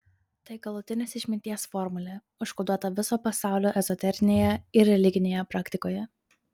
tai galutinės išminties formulė užkoduota viso pasaulio ezoterinėje ir religinėje praktikoje